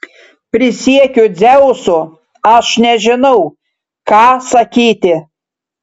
prisiekiu dzeusu aš nežinau ką sakyti